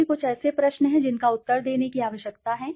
तो ये कुछ ऐसे प्रश्न हैं जिनका उत्तर देने की आवश्यकता है